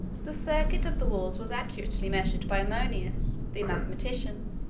the circuit of the walls was accurately measured, by ammonius, the mathematician,